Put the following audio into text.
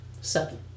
Seven